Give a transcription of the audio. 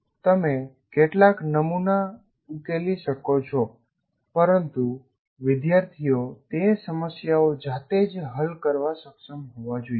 તમે કેટલાક નમૂના ઉકેલી શકો છો પરંતુ વિદ્યાર્થીઓ તે સમસ્યાઓ જાતે જ હલ કરવા સક્ષમ હોવા જોઈએ